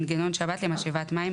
מנגנון שבת למשאבת מים),